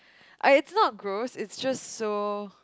I it's not gross it's just so